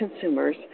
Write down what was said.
consumers